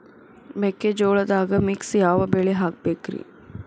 ಮೆಕ್ಕಿಜೋಳದಾಗಾ ಮಿಕ್ಸ್ ಯಾವ ಬೆಳಿ ಹಾಕಬೇಕ್ರಿ?